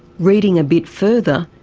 reading a bit further,